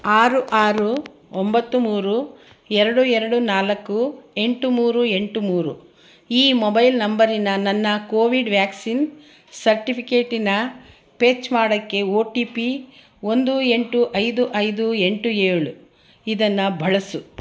ಆರು ಆರು ಒಂಬತ್ತು ಮೂರು ಎರಡು ಎರಡು ನಾಲ್ಕು ಎಂಟು ಮೂರು ಎಂಟು ಮೂರು ಈ ಮೊಬೈಲ್ ನಂಬರಿನ ನನ್ನ ಕೋವಿಡ್ ವ್ಯಾಕ್ಸಿನ್ ಸರ್ಟಿಫಿಕೇಟಿನ ಪೆಚ್ ಮಾಡೋಕ್ಕೆ ಓ ಟಿ ಪಿ ಒಂದು ಎಂಟು ಐದು ಐದು ಎಂಟು ಏಳು ಇದನ್ನು ಬಳಸು